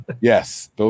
Yes